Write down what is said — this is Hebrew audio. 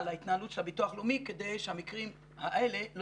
ההתנהלות של הביטוח לאומי כדי שהמקרים האלה לא